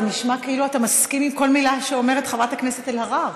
זה נשמע כאילו אתה מסכים לכל מילה שאומרת חברת הכנסת אלהרר.